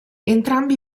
entrambi